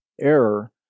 error